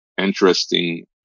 interesting